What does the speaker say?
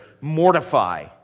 mortify